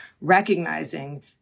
recognizing